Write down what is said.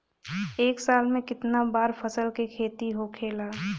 एक साल में कितना बार फसल के खेती होखेला?